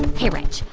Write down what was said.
hey, reg.